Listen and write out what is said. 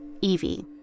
Evie